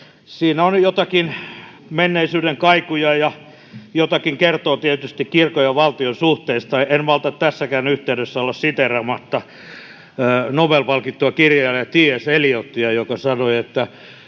siinä on jotakin menneisyyden kaikuja, ja se jotakin kertoo tietysti kirkon ja valtion suhteista. En malta tässäkään yhteydessä olla siteeraamatta Nobel-palkittua kirjailijaa T. S. Eliottia, joka sanoi, että